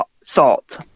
Salt